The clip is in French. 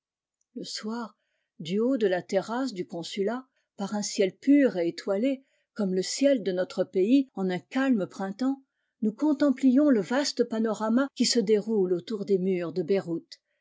le soir du haut de la terrasse du consulat par un ciel pur et étoile comme le ciel de notre pays en un calme printemps nous contemplions le vaste panorama qui se déroule autour des murs de beirout